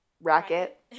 racket